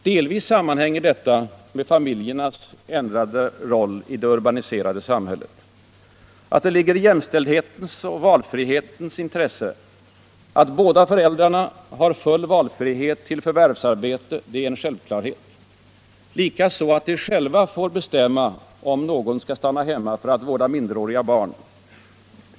Delvis sammanhänger detta med familjernas ändrade roll och ställning i det urbaniserade samhället. Att det ligger i jämställdhetens och valfrihetens intresse att båda föräldrarna har full valfrihet till förvärvsarbete är en självklarhet. Likaså att de själva får bestämma om någon skall stanna hemma för att vårda minderåriga barn.